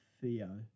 Theo